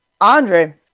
Andre